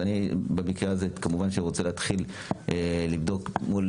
אני במקרה הזה כמובן שרוצה להתחיל לבדוק מול